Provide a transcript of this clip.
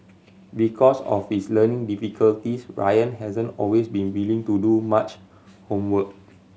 because of his learning difficulties Ryan hasn't always been willing to do much homework